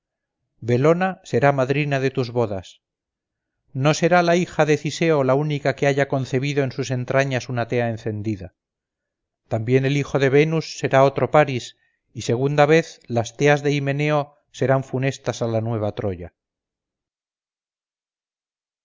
los rútulos belona será madrina de tus bodas no será la hija de ciseo la única que haya concebido en sus entrañas una tea encendida también el hijo de venus será otro paris y segunda vez las teas de himeneo serán funestas a la nueva troya